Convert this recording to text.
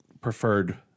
preferred